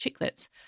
chiclets